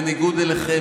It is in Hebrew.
בניגוד אליכם,